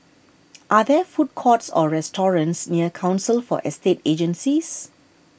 are there food courts or restaurants near Council for Estate Agencies